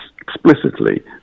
explicitly